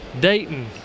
Dayton